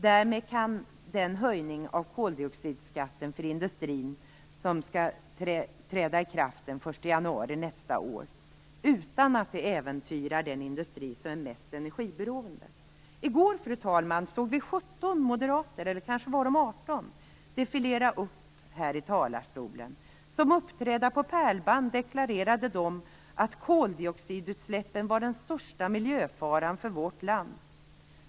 Därmed kan höjningen av koldioxidskatten för industrin träda i kraft den 1 januari utan att det äventyrar den industri som är mest energiberoende. Fru talman! I går såg vi 17 eller 18 moderater defilera förbi här i talarstolen. Som uppträdda på pärlband deklarerade de att koldioxidutsläppen var den största miljöfaran för vårt land.